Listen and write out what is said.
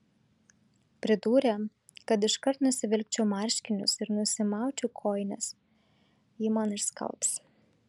pridūrė kad iškart nusivilkčiau marškinius ir nusimaučiau kojines ji man išskalbs